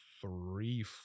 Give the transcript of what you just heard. three